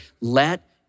Let